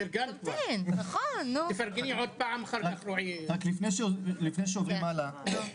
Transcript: רק לפני שעוברים הלאה,